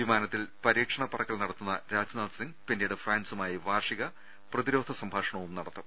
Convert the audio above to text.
വിമാനത്തിൽ പരീക്ഷണ പറക്കൽ നടത്തുന്ന രാജ്നാഥ് സിങ് പിന്നീട് ഫ്രാൻസു മായി വാർഷിക പ്രതിരോധ സംഭാഷണവും നടത്തും